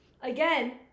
Again